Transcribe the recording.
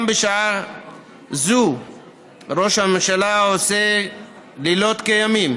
בשעה זו ראש הממשלה עושה לילות כימים